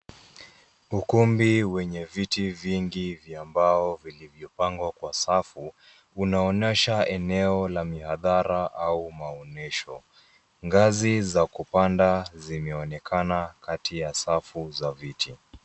Ukumbi wenye viti vingi vya mbao vilivyopangwa kwa safu unaonyesha eneo la mihadhara au maonyesho. Ngazi za kupanda zimeonekana kati ya safu za viti.